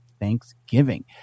Thanksgiving